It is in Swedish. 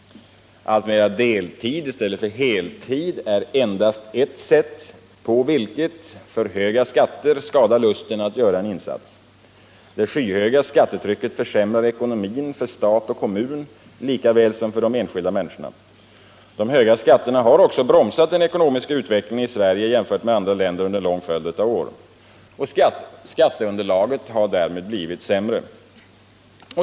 Alltmera deltid i stället för heltid är endast ett sätt, på vilket för höga skatter skadar lusten att göra en insats. Det skyhöga skattetrycket försämrar ekonomin för stat och kommun lika väl som för de enskilda människorna. De höga skatterna har också bromsat den ekonomiska utvecklingen i Sverige jämfört med andra länder under en lång följd av år. Skatteunderlaget har därmed blivit sämre.